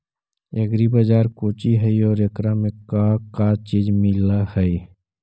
Agri Bazaar कोची हई और एकरा में का का चीज मिलै हई?